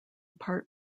part